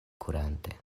kurante